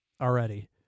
already